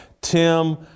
Tim